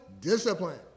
discipline